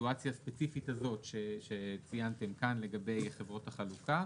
בסיטואציה הספציפית הזאת שציינתם כאן לגבי חברות החלוקה,